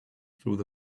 through